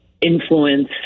influence